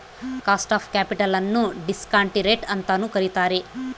cost of capital ನ್ನು discount rate ಅಂತನು ಕರಿತಾರೆ